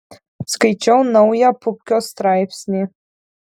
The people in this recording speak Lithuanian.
skaičiau naują pupkio straipsnį